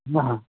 हाँ हाँ